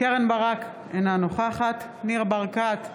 קרן ברק, אינה נוכחת ניר ברקת,